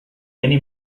many